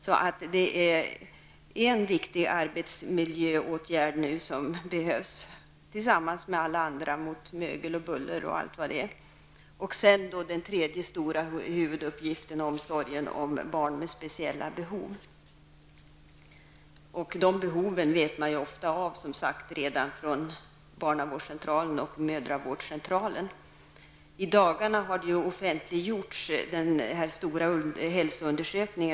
Detta är således en viktig arbetsmiljöåtgärd som behöver vidtas, vid sidan av vad som behöver göras när det gäller mögel, buller etc. Den tredje stora huvuduppgiften gäller omsorgen om barn med speciella behov. De behoven känner man ofta till redan från tiden på barnavårdscentralen eller mödravårdscentralen. I dagarna har en stor hälsoundersökning gjord i Malmöhus län offentliggjorts.